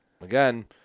again